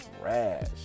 trash